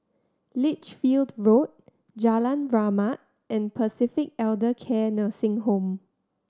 Lichfield Road Jalan Rahmat and Pacific Elder Care Nursing Home